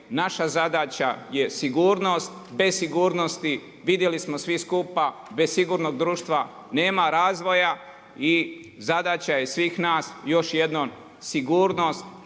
naša zadaća je sigurnost. Bez sigurnosti vidjeli smo svi skupa, bez sigurnog društva nema razvoja i zadaća je svih nas još jednom sigurnost